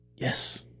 Yes